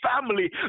family